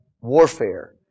warfare